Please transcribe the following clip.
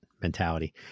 mentality